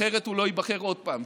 אחרת הוא לא ייבחר עוד פעם,